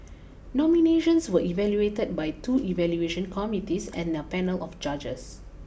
nominations were evaluated by two evaluation committees and a panel of judges